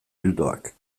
ildoak